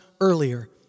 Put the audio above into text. earlier